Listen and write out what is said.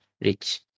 rich